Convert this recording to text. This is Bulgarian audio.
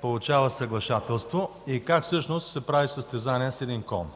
получава съглашателство и как всъщност се прави състезание с един кон.